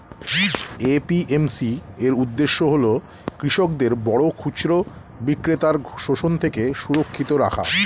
APMC এর উদ্দেশ্য হল কৃষকদের বড় খুচরা বিক্রেতার শোষণ থেকে সুরক্ষিত রাখা